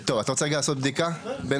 טוב, אתה רוצה רגע לעשות בדיקה בינתיים?